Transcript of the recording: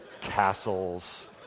castles